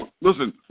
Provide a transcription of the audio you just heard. Listen